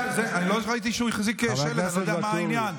ואטורי,